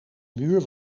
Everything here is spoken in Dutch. muur